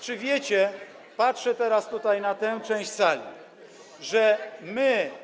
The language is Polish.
Czy wiecie - patrzę teraz tutaj na tę część sali - że my.